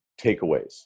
takeaways